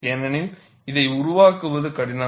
ஏனெனில் இதை உருவாக்குவது கடினம்